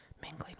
mingling